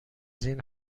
این